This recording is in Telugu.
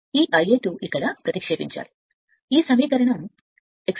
ఈ Ia 2 ఈ Ia 2 ఇక్కడ ప్రతిక్షేపించాలి ఇక్కడ ప్రతిక్షేపించాలి